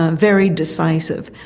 um very decisive,